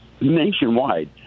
nationwide